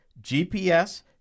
GPS